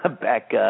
back